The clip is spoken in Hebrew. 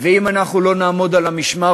ואם אנחנו לא נעמוד על המשמר